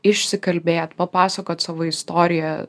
išsikalbėt papasakot savo istoriją